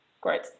Great